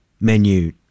menu